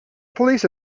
police